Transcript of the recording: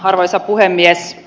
arvoisa puhemies